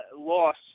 loss